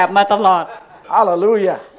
Hallelujah